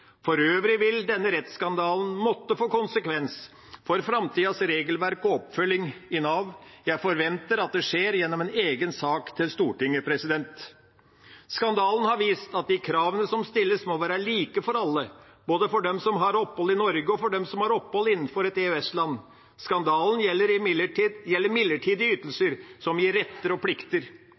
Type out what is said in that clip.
For øvrig vil denne rettsskandalen måtte få konsekvenser for framtidas regelverk og oppfølging i Nav. Jeg forventer at det skjer gjennom en egen sak til Stortinget. Skandalen har vist at de kravene som stilles, må være like for alle, både for dem som har opphold i Norge, og for dem som har opphold innenfor et EØS-land. Skandalen gjelder midlertidige ytelser som gir retter og plikter.